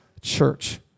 church